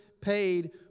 paid